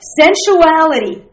sensuality